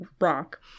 rock